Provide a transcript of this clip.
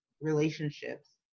relationships